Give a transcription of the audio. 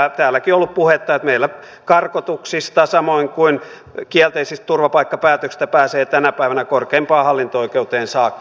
täälläkin on ollut puhetta että meillä karkotuksista samoin kuin kielteisistä turvapaikkapäätöksistä pääsee tänä päivänä korkeimpaan hallinto oikeuteen saakka